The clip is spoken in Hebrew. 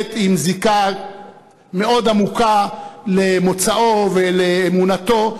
ובהחלט עם זיקה מאוד עמוקה למוצאו ולאמונתו,